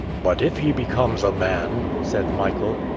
but if he becomes a man, said michael,